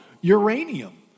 uranium